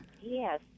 Yes